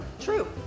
True